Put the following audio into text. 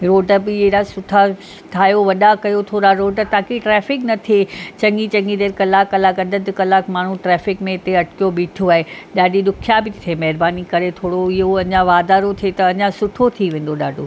road बि अहिड़ा सुठा ठाहियो वॾा कयो थोरा रोड ताक़ी ट्रेफिक न थिए चङी चङी देरि कलाक कलाक अधु अधु कलाक माण्हूं ट्रेफिक में हिते अटकियो बीठो आहे ॾाढी ॾुखियाई पई थिए महिरबानी करे थोरो हियो वाधारो थिए त अञां सुठो थी वेंदो ॾाढो